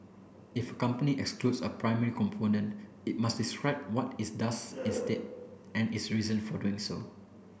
if a company excludes a primary component it must describe what it does instead and its reason for doing so